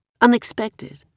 Unexpected